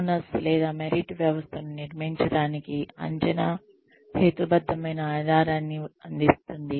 bonus లేదా merit వ్యవస్థను నిర్మించడానికి అంచనా హేతుబద్ధమైన ఆధారాన్ని అందిస్తుంది